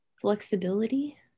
flexibility